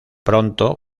pronto